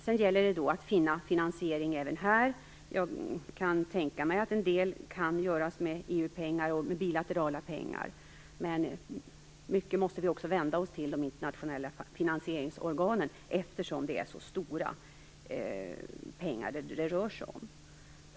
Sedan gäller det att finna finansering även här. Jag kan tänka mig att en del kan göras med EU-pengar och med bilaterala pengar, men vi måste i mycket också vända oss till de internationella finansieringsorganen, eftersom det rör sig om så stora pengar.